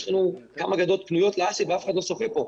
יש לנו כמה גדות פנויות ל-האסי ואף אחד לא שוחה כאן.